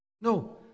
no